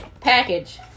package